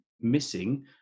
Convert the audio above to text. missing